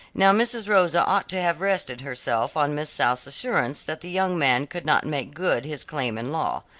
now mrs. rosa ought to have rested herself on miss south's assurance that the young man could not make good his claim in law,